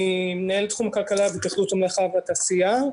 אני מנהל תחום כלכלה בהתאחדות המלאכה והתעשייה.